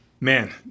Man